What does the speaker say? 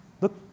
look